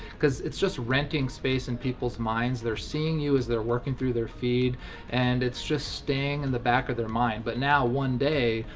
cause its just renting space in people's minds, they're seeing you as they're working through their feed and its just staying in the back of their mind. but now, one day,